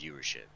viewership